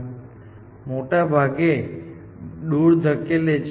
જો કોઈ તબક્કે ગોલ નોડ પસંદ કરવામાં આવે તો ગોલ માટે કોઈ રિલે નોડ પર પોઇન્ટર હશે